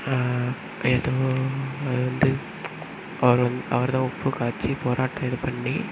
எதுவோ அது வந்து அவர் வந்து அவர்தான் உப்பு காய்ச்சி போராட்டம் இது பண்ணி